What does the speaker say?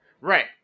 Right